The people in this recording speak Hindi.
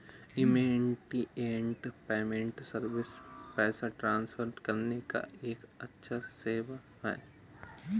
इमीडियेट पेमेंट सर्विस पैसा ट्रांसफर करने का एक सेवा है